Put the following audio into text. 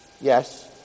Yes